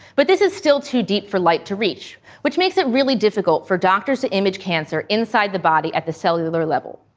but this is still too deep for light to reach, which makes it really difficult for doctors to image cancer inside the body at the cellular level.